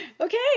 Okay